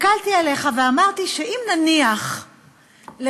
הסתכלתי עליך, ואמרתי שאם נניח לרגע